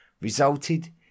resulted